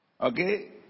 Okay